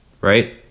right